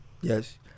yes